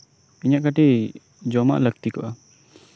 ᱤᱧᱟᱹᱜ ᱠᱟᱹᱴᱤᱡ ᱡᱚᱢᱟᱜ ᱞᱟᱹᱠᱛᱤ ᱠᱚᱜᱼᱟ